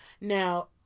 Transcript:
Now